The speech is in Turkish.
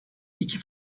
iki